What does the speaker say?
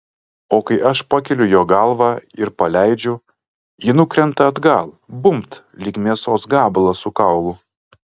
o kai aš pakeliu jo galvą ir paleidžiu ji nukrinta atgal bumbt lyg mėsos gabalas su kaulu